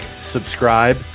subscribe